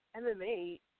MMA